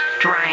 Drain